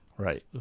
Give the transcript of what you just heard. Right